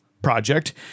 project